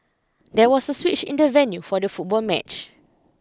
there was a switch in the venue for the football match